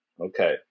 Okay